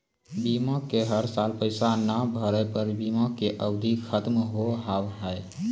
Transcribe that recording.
बीमा के हर साल पैसा ना भरे पर बीमा के अवधि खत्म हो हाव हाय?